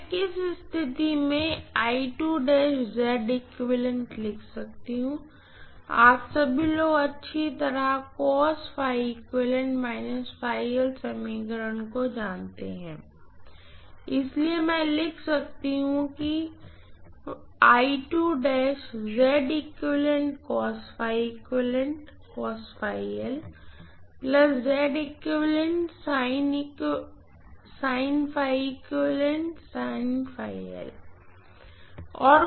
मैं किस स्थिति मैं लिख सकती हूँ आप सभी लोग अच्छी तरह समीकरण को जानते हैं इसलिए मैं लिख सकती हूँ कि और